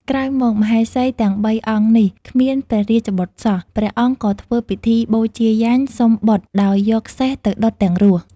ក្រោយមក មហេសីទាំងបីអង្គនេះ គ្មាន ព្រះរាជ្យបុត្រសោះ ព្រះអង្គក៏ធ្វើពិធីបូជាយញ្ញសុំបុត្រដោយយកសេះទៅដុតទាំងរស់។